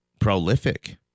prolific